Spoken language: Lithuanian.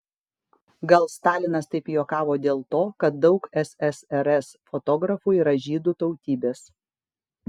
gal stalinas taip juokavo dėl to kad daug ssrs fotografų yra žydų tautybės